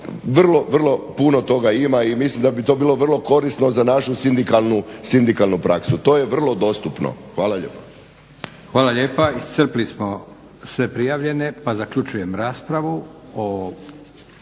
vrlo puno toga ima i mislim da bi to bilo vrlo korisno za našu sindikalnu praksu. To je vrlo dostupno. Hvala lijepa.